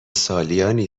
سالیانی